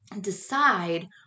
decide